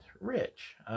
rich